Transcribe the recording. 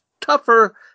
tougher